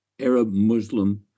Arab-Muslim